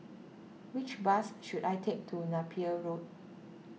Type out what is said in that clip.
which bus should I take to Napier Road